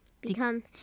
become